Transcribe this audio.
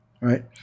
right